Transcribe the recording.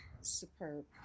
superb